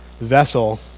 vessel